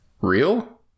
Real